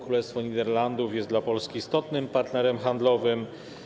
Królestwo Niderlandów jest dla Polski istotnym partnerem handlowym.